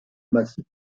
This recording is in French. massif